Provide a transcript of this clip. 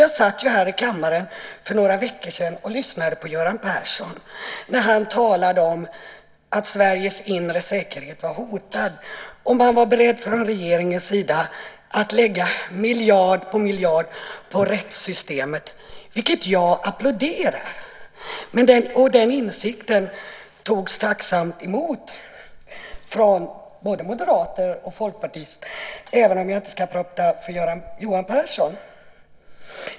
Jag satt i kammaren för några veckor sedan och lyssnade på Göran Persson när han talade om att Sveriges inre säkerhet var hotad och sade att man från regeringens sida var beredd att lägga miljard på miljard på rättssystemet, vilket jag applåderar. Den insikten togs tacksamt emot från både moderater och folkpartister, även om jag inte ska prata för Johan Pehrson.